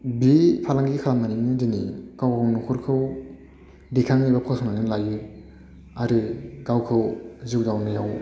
बि फालांगि खालामनानैनो दिनै गाव गावनि न'खरखौ दैखाङो एबा फसंनानै लायो आरो गावखौ जिउ खांनायाव